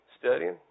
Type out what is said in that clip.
studying